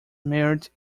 married